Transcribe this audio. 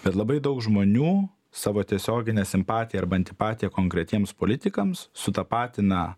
bet labai daug žmonių savo tiesioginę simpatiją arba antipatiją konkretiems politikams sutapatina